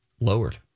lowered